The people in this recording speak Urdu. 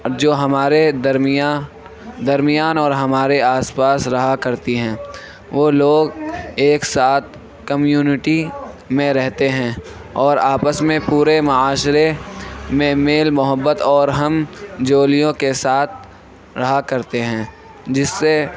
جو ہمارے درمیان درمیان اور ہمارے آس پاس رہا کرتی ہیں وہ لوگ ایک ساتھ کمیونٹی میں رہتے ہیں اور آپس میں پورے معاشرے میں میل محبت اور ہم جولیوں کے ساتھ رہا کرتے ہیں جس سے